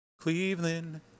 Cleveland